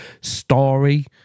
Story